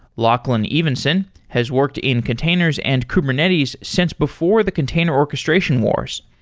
lachlan evanson has worked in containers and kubernetes since before the container orchestration wars.